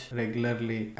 regularly